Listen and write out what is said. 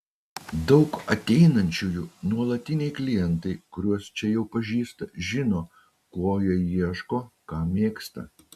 daug ateinančiųjų nuolatiniai klientai kuriuos čia jau pažįsta žino ko jie ieško ką mėgsta